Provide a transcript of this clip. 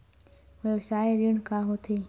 व्यवसाय ऋण का होथे?